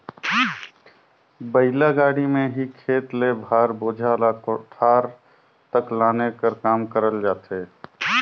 बइला गाड़ी मे ही खेत ले भार, बोझा ल कोठार तक लाने कर काम करल जाथे